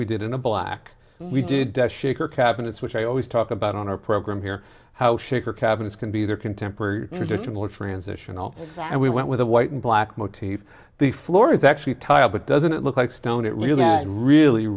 we did in a black we did shake or cabinets which i always talk about on our program here how shaker cabinets can be they're contemporary traditional transitional and we went with a white and black motif the floor is actually tile but doesn't look like stone it really